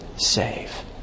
save